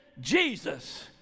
Jesus